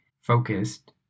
focused